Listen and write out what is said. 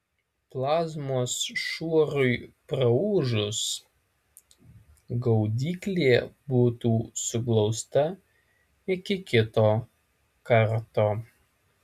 plazmos šuorui praūžus gaudyklė būtų suglausta iki kito karto